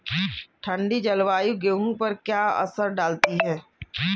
ठंडी जलवायु गेहूँ पर क्या असर डालती है?